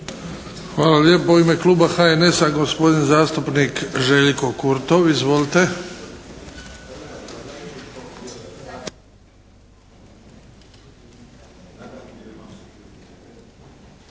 Hvala lijepo. U ime Kluba HNS-a gospodin zastupnik Željko Kurtov. Izvolite.